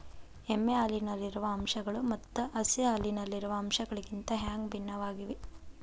ಎಮ್ಮೆ ಹಾಲಿನಲ್ಲಿರುವ ಅಂಶಗಳು ಮತ್ತ ಹಸು ಹಾಲಿನಲ್ಲಿರುವ ಅಂಶಗಳಿಗಿಂತ ಹ್ಯಾಂಗ ಭಿನ್ನವಾಗಿವೆ?